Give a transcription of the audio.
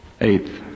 Eighth